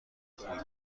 خوبی